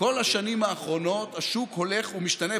כל השנים האחרונות השוק הולך ומשתנה,